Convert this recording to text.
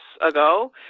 ago